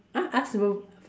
!huh! ask